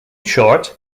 short